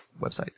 website